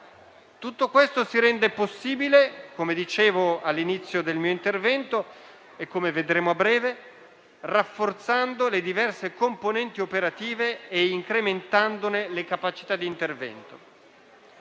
Tutto ciò si rende possibile - come dicevo all'inizio del mio intervento e come vedremo a breve - rafforzando le diverse componenti operative e incrementandone le capacità di intervento.